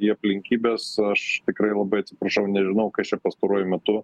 į aplinkybes aš tikrai labai atsiprašau nežinau kas čia pastaruoju metu